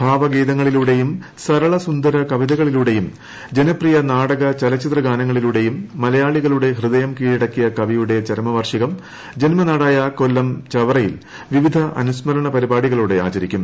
ഭാവഗീതങ്ങളിലൂടെയും സരളസുന്ദർ കവിതകളിലൂടെയും ജനപ്രിയ നാടക ചലച്ചിത്രഗാനങ്ങളിലൂടെയും മലയാളികളുടെ ഹൃദയം കീഴടക്കിയ കവിയുടെ ചരമവാർഷികം ജന്മനാടായ കൊല്ലം ചവറയിൽ വിവിധ അനുസ്മരണ പരിപാടികളോടെ ആചരിക്കും